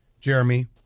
Jeremy